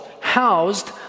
Housed